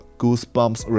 Goosebumps